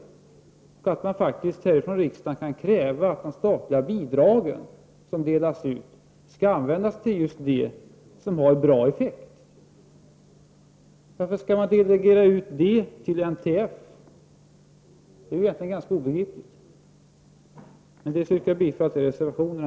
Vi menar att man faktiskt här från riksdagen kan kräva att de statliga bidrag som delas | ut skall användas till just sådant som har bra effekt. Varför skall man dele | gera ut detta till NTF? Det är egentligen ganska obegripligt. | Med detta vill jag återigen yrka bifall till reservationerna.